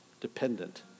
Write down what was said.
dependent